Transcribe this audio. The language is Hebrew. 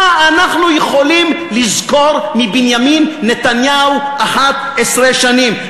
מה אנחנו יכולים לזכור מבנימין נתניהו 11 שנים,